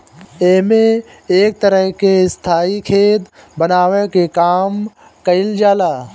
एमे एक तरह के स्थाई खेत बनावे के काम कईल जाला